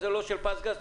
זה לא של פזגז,